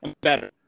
Better